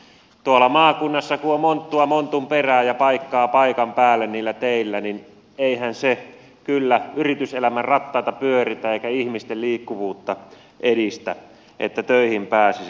tuolla maakunnassa kun on monttua montun perään ja paikkaa paikan päälle niillä teillä niin eihän se kyllä yrityselämän rattaita pyöritä eikä ihmisten liikkuvuutta edistä että töihin pääsisi